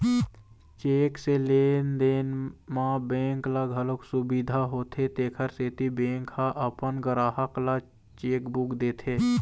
cheque से लेन देन म बेंक ल घलोक सुबिधा होथे तेखर सेती बेंक ह अपन गराहक ल चेकबूक देथे